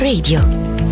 Radio